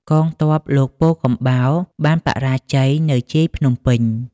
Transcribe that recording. កងទ័ពលោកពោធិកំបោរបានបរាជ័យនៅជាយភ្នំពេញ។